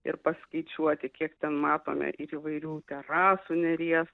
ir paskaičiuoti kiek ten matome įvairių terasų neries